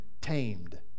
tamed